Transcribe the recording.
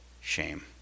shame